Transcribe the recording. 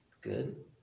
Good